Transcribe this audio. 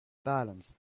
balance